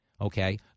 Okay